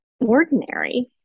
ordinary